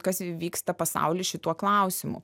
kas vyksta pasauly šituo klausimu